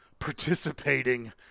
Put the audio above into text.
participating